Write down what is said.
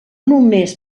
només